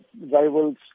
rivals